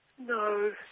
No